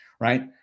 Right